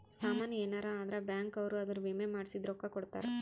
ಸಾಮನ್ ಯೆನರ ಅದ್ರ ಬ್ಯಾಂಕ್ ಅವ್ರು ಅದುರ್ ವಿಮೆ ಮಾಡ್ಸಿದ್ ರೊಕ್ಲ ಕೋಡ್ತಾರ